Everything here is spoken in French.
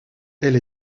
elle